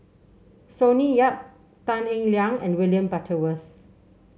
Sonny Yap Tan Eng Liang and William Butterworth